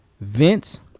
Vince